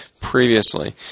previously